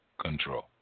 control